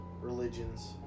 religions